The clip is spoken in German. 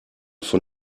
von